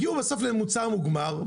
הגיעו בסוף למוצר מוגמר,